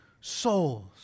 souls